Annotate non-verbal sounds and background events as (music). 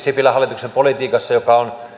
(unintelligible) sipilän hallituksen politiikassa joka on